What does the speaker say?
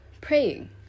praying